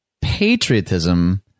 patriotism